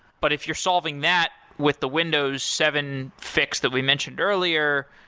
but if you're solving that with the windows seven fix that we mentioned earlier,